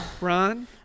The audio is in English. Ron